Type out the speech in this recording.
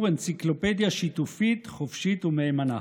אנציקלופדיה שיתופית חופשית ומהימנה.